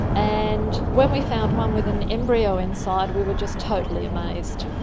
and when we found one with an embryo inside, we were just totally amazed.